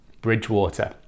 Bridgewater